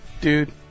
dude